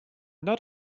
not